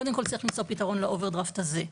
קודם כול צריך למצוא פתרון לאוברדרפט הזה.